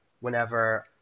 whenever